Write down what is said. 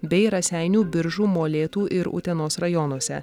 bei raseinių biržų molėtų ir utenos rajonuose